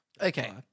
Okay